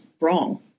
wrong